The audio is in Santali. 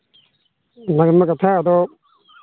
ᱚᱱᱟ ᱜᱮᱢᱟ ᱠᱟᱛᱷᱟ ᱟᱫᱚ